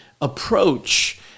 approach